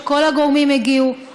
כל הגורמים הגיעו,